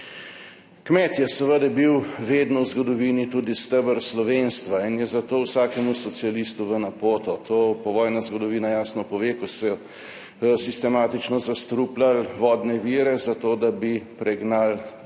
Kmet je seveda bil vedno v zgodovini tudi steber slovenstva in je zato vsakemu socialistu v napoto. To povojna zgodovina jasno pove, ko so sistematično zastrupljali vodne vire za to, da bi pregnali kmete